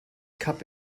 cup